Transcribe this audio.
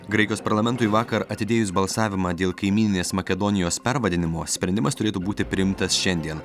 graikijos parlamentui vakar atidėjus balsavimą dėl kaimyninės makedonijos pervadinimo sprendimas turėtų būti priimtas šiandien